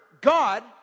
God